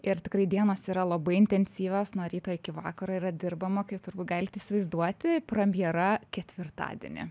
ir tikrai dienos yra labai intensyvios nuo ryto iki vakaro yra dirbama kaip turbūt galit įsivaizduoti premjera ketvirtadienį